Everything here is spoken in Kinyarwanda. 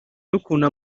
n’ukuntu